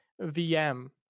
VM